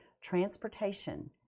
Transportation